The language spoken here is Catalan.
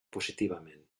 positivament